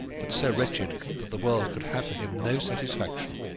but so wretched that the world could have for him no satisfaction.